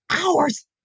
hours